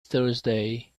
thursday